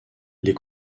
les